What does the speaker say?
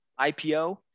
IPO